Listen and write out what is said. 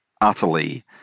utterly